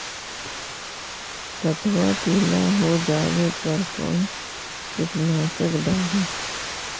पतबा पिला हो जाबे पर कौन कीटनाशक डाली?